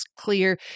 clear